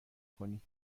کنی